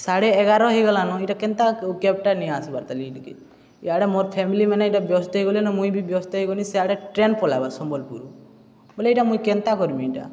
ସାଢ଼େ ଏଗାର ହେଇଗଲାନ ଏଟା କେନ୍ତା କ୍ୟାବ୍ଟା ନେଇ ଆସିବାର ତାହଲି ଏଇ ଟିକେ ଇଆଡ଼େ ଫ୍ୟାମିଲିମାନେ ଏଇଟା ବ୍ୟସ୍ତ ହେଇଗଲେ ନା ମୁଇଁ ବି ବ୍ୟସ୍ତ ହେଇଗଲିି ସେଇଆଡ଼େ ଟ୍ରେନ୍ ପଲାବାର୍ ସମ୍ବଲପୁର ବୋଇଲେ ଏଇଟା କେନ୍ତା କର୍ମି ଏଟା